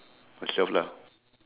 myself lah